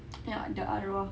ya the arwah